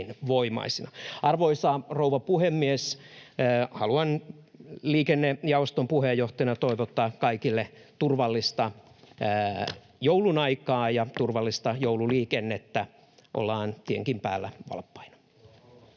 Arvoisa rouva puhemies! Haluan liikennejaoston puheenjohtajana toivottaa kaikille turvallista joulunaikaa ja turvallista joululiikennettä. Ollaan tienkin päällä valppaina.